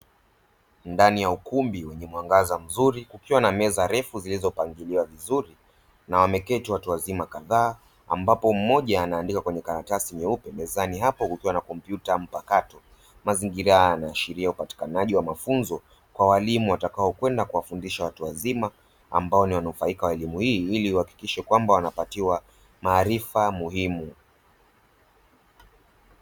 Ndani ya ukumbi uliomwangaza mzuri, ukiwa na meza refu zilizopakiliwa vizuri, na wameketu watu wazima kadhaa ambapo mmoja anaandika kwenye karatasi nyeupe mezani hapo akiwa na kompyuta mpa kato. Mazingira haya yanaashiria upatikanaji wa mafunzo kwa walimu watakaokwenda kuwafundisha watu wazima ambao ni wanufaika wa elimu hii ili kuhakikisha kwamba wanapatiwa maarifa muhimu.